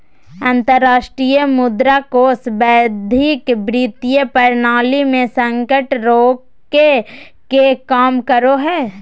अंतरराष्ट्रीय मुद्रा कोष वैश्विक वित्तीय प्रणाली मे संकट रोके के काम करो हय